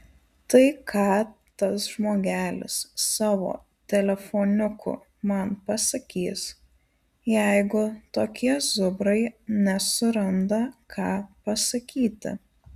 tai ką tas žmogelis savo telefoniuku man pasakys jeigu tokie zubrai nesuranda ką pasakyti